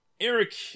Eric